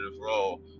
role